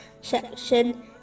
section